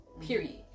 period